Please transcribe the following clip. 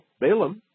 Balaam